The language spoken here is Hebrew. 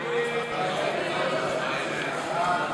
הצעת סיעות יהדות התורה,